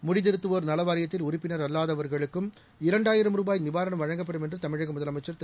முடித்திருத்துவோர் நலவாரியத்தில் உறுப்பினர் அல்லாதவர்களுக்கும் இரண்டாயிரம் ரூபாய் நிவாரணம் வழங்கப்படும் என்று தமிழக முதலமைச்சள் திரு